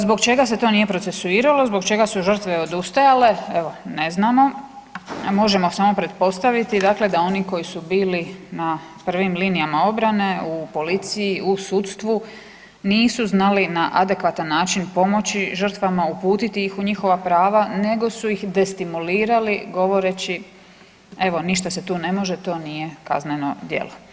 Zbog čega se to nije procesuiralo, zbog čega su žrtve odustajale, evo, ne znamo, možemo samo pretpostaviti da oni koji su bili na prvim linijama obrane, u policiji, u sudstvu, nisu znali na adekvatan način pomoći žrtvama, uputiti ih u njihova prava, nego su ih destimulirali govoreći, evo, ništa se tu ne može, to nije kazneno djelo.